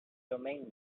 domain